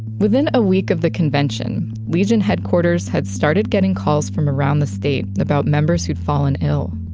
within a week of the convention, legion headquarters had started getting calls from around the state about members who had fallen ill.